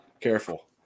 Careful